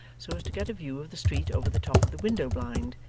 so as to get a view of the street over the top of the window-blind,